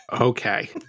Okay